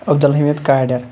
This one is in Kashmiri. عبدل حمید کاڑیر